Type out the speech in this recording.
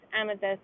amethyst